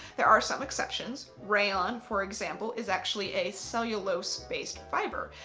there are some exceptions. rayon for example is actually a cellulose-based fibre.